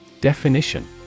Definition